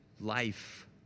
life